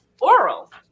oral